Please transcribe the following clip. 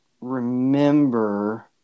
remember